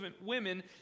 women